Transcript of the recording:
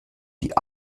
die